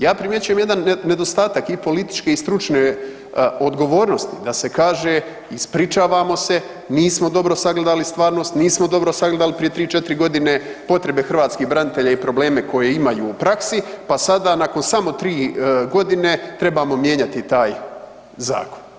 Ja primjećujem jedan nedostatak i političke i stručne odgovornosti da se kaže ispričavamo se, nismo dobro sagledali stvarnost, nismo dobro sagledali prije 3, 4 godine potrebe hrvatskih branitelja i probleme koje imaju u praksi pa sada nakon samo 3 godine trebamo mijenjati taj zakon.